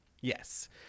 yes